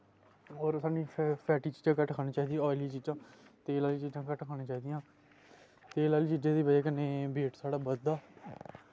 और स्हानू फैटिसट चीजां घट्ट खानी चाही दियां ऑयली चीजां तेल आह्लियां चीजां घट्ट खानी चाही दियां तेल आह्ली चीजें दी बज़ह कन्नै वेट बधदा